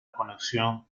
conexión